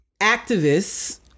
activists